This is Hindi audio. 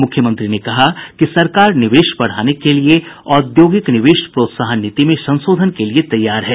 मुख्यमंत्री ने कहा कि सरकार निवेश बढ़ाने के लिए औद्योगिक निवेश प्रोत्साहन नीति में संशोधन के लिए तैयार है